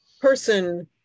person